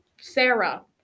Sarah